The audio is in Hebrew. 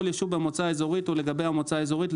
יישוב במועצה האזורית או לגבי המועצה האזורית,